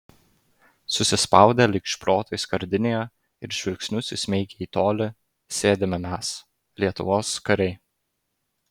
susispaudę lyg šprotai skardinėje ir žvilgsnius įsmeigę į tolį sėdime mes lietuvos kariai